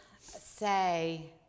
say